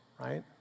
right